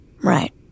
Right